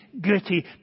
gritty